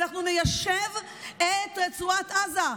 ואנחנו ניישב את רצועת עזה.